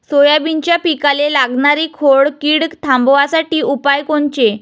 सोयाबीनच्या पिकाले लागनारी खोड किड थांबवासाठी उपाय कोनचे?